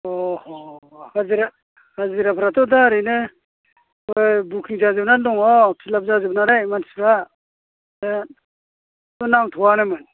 अह' हाजिरा हाजिराफ्राथ' दा ओरैनो बै बुकिं जाजोबनानै दङ फिलाप जाजोबनानै मानसिफ्रा ओ नांथ'वानोमोन